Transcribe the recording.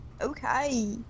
okay